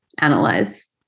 analyze